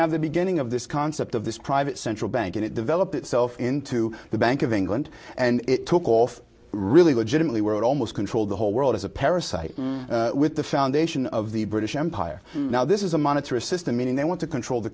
have the beginning of this concept of this private central bank and it developed itself into the bank of england and it took off really legitimately world almost control the whole world is a parasite with the foundation of the british empire now this is a monetary system meaning they want to control the